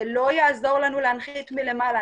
זה לא יעזור לנו להנחית מלמעלה.